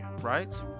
right